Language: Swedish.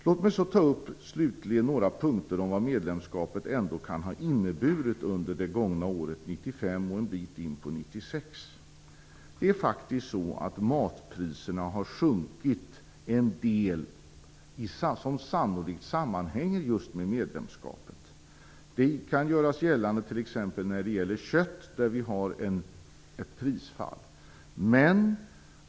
Låt mig slutligen på några punkter ta upp vad medlemskapet kan ha inneburit under 1995 och ett stycke in på 1996. Matpriserna har faktiskt sjunkit en del, sannolikt sammanhängande med medlemskapet. Det kan t.ex. göras gällande för kött, där vi har ett prisfall.